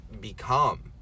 become